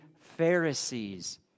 Pharisees